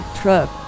truck